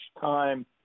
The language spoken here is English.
time